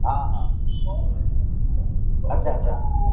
हा हा अच्छा अच्छा